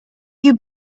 you